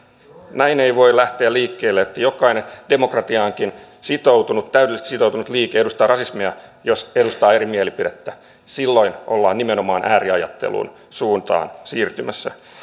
näin ei voi lähteä liikkeelle että jokainen demokratiaankin täydellisesti sitoutunut liike edustaa rasismia jos edustaa eri mielipidettä silloin ollaan nimenomaan ääriajattelun suuntaan siirtymässä